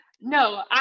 No